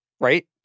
Right